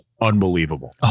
unbelievable